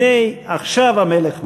הנה, עכשיו המלך מגיע.